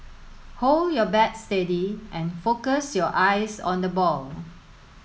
hold your bat steady and focus your eyes on the ball